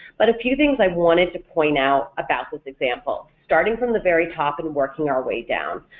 but a few things i wanted to point out about this example, starting from the very top and working our way down.